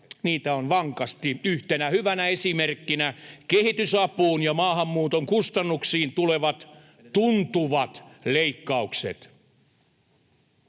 Niitä on vankasti, yhtenä hyvänä esimerkkinä kehitysapuun ja maahanmuuton kustannuksiin tulevat tuntuvat leikkaukset.